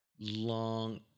long